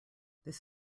this